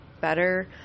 better